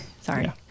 Sorry